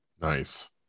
nice